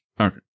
Okay